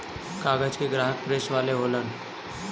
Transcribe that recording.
कागज के ग्राहक प्रेस वाले होलन